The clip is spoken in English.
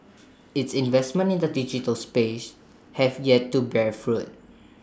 its investments in the digital space have yet to bear fruit